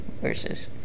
versus